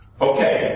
Okay